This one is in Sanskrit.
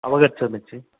अवगच्छामि जी